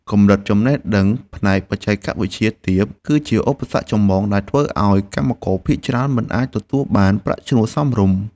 កម្រិតចំណេះដឹងផ្នែកបច្ចេកវិទ្យាទាប គឺជាឧបសគ្គចម្បងដែលធ្វើឱ្យកម្មករភាគច្រើនមិនអាចទទួលបានប្រាក់ឈ្នួលសមរម្យ។